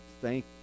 thank